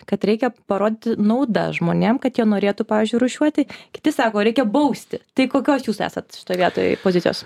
kad reikia parodyti nauda žmonėm kad jie norėtų pavyzdžiui rūšiuoti kiti sako reikia bausti tai kokios jūs esat šitoj vietoj pozicijos